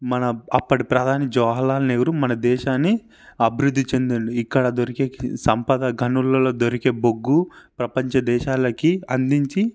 మన అప్పటి ప్రధాని జవహర్లాల్ నెహ్రూ మన దేశాన్ని అభివృద్ధి చెందిండు ఇక్కడ దొరికే కి సంపద గనులలో దొరికే బొగ్గు ప్రపంచ దేశాలకి అందించి